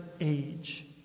age